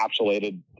encapsulated